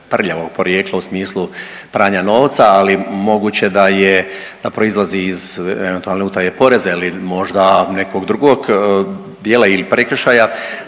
prljavog porijekla u smislu pranja novca, ali moguće da je, da proizlazi iz eventualne utaje poreza ili možda nekog drugog dijela ili prekršaja,